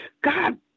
God